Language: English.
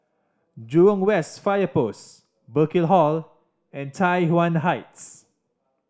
Jurong West Fire Post Burkill Hall and Tai Yuan Heights